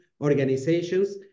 organizations